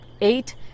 eight